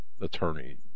attorney